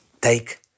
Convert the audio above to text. Take